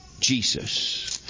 Jesus